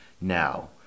Now